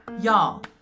Y'all